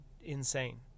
insane